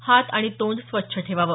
हात आणि तोंड स्वच्छ ठेवावं